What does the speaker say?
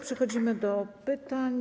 Przechodzimy do pytań.